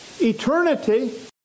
eternity